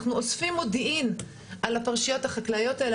אנחנו אוספים מודיעין על הפרשיות החקלאיות האלה,